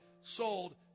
sold